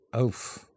Oof